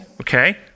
Okay